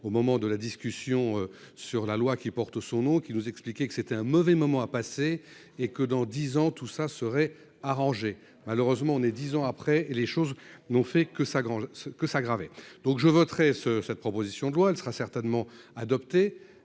au moment de la discussion sur la loi qui porte son nom, qui nous expliquait que c'était un mauvais moment à passer et que dans 10 ans tout ça serait arrangé, malheureusement on est 10 ans après et les choses n'ont fait que sa grand-mère ce que s'aggraver, donc je voterai ce cette proposition de loi, elle sera certainement adoptée